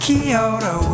Kyoto